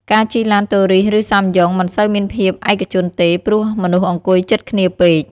ការជិះឡានតូរីសឬសាំយ៉ុងមិនសូវមានភាពឯកជនទេ ព្រោះមនុស្សអង្គុយជិតគ្នាពេក។